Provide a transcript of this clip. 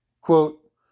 Quote